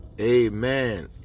Amen